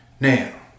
Now